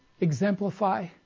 exemplify